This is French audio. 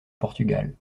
portugal